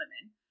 women